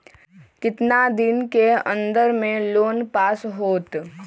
कितना दिन के अन्दर में लोन पास होत?